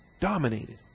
Dominated